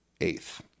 eighth